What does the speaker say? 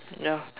ya